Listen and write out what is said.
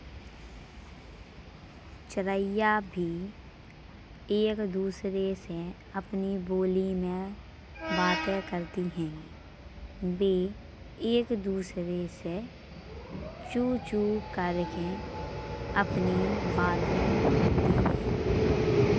चिरैया भी एक दूसरे से अपनी बोली में बाते करती हैं। वे एक दूसरे से चू चू करके अपनी बाते करती हैं।